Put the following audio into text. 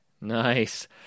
Nice